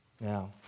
Now